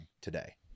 today